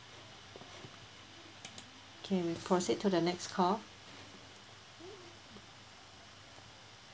K we proceed to the next call